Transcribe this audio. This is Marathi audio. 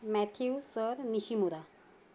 Matthew sir Nishimura